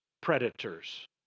predators